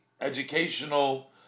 educational